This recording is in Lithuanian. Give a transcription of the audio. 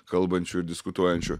kalbančių diskutuojančių